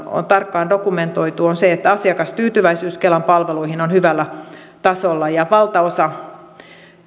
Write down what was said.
on tarkkaan dokumentoitu on se että asiakastyytyväisyys kelan palveluihin on hyvällä tasolla ja valtaosa